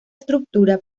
estructura